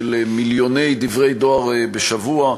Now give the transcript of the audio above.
של מיליוני דברי דואר בשבוע,